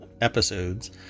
episodes